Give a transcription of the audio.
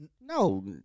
no